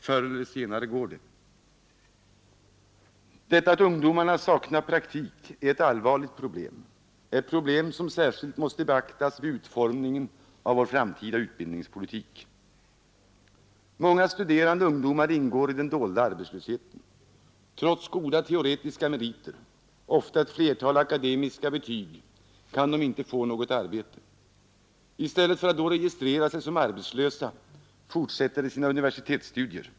Förr eller senare går det.” Detta att ungdomarna saknar praktik är ett allvarligt problem, som särskilt måste beaktas vid utformningen av vår framtida utbildningspolitik. Många studerande ungdomar ingår i den dolda arbetslösheten. Trots goda teoretiska meriter, ofta ett flertal akademiska betyg, kan de inte få något arbete. I stället för att då registrera sig som arbetslösa fortsätter de sina universitetsstudier.